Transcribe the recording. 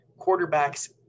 quarterbacks